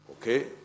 Okay